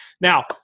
Now